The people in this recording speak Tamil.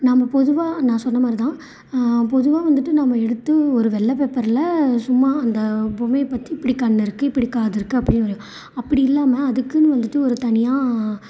நாம பொதுவாக நான் சொன்ன மாதிரி தான் பொதுவாக வந்துவிட்டு நாம எடுத்து ஒரு வெள்ளை பேப்பரில் சும்மா அந்த பொம்மையை பற்றி இப்படி கண்ணு இருக்கு இப்படி காது இருக்கு அப்படே வரைவோம் அப்படி இல்லாம அதுக்குன்னு வந்துவிட்டு ஒரு தனியாக